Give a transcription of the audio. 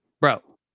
bro